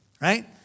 right